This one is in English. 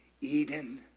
Eden